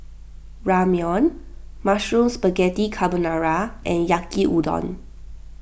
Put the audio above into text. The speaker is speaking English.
Ramyeon Mushroom Spaghetti Carbonara and Yaki Udon